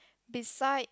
beside